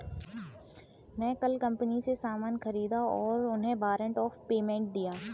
मैं कल कंपनी से सामान ख़रीदा और उन्हें वारंट ऑफ़ पेमेंट दिया